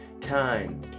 time